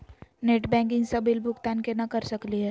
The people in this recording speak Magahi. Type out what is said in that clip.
नेट बैंकिंग स बिल भुगतान केना कर सकली हे?